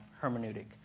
hermeneutic